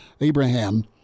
Abraham